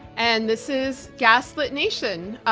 and this is gaslit nation.